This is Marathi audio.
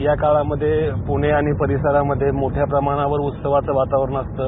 या काळामध्ये पुणे आणि परिसरामध्ये मोठ्या प्रमाणावर उत्सवाचं वातावरण असतं